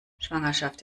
schwangerschaft